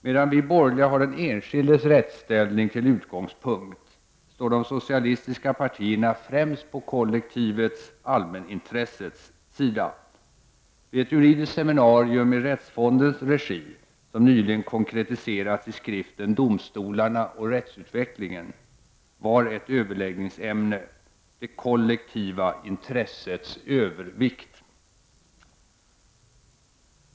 Medan vi borgerliga har den enskildes rättsställning till utgångspunkt, står de socialistiska partierna främst på kollektivets, allmänintressets sida. Vid ett juridiskt seminarium i Rättsfondens regi, som nyligen konkretiserats i skriften Domstolarna och rättsutvecklingen, var ett överläggningsämne Det kollektiva intressets övervikt.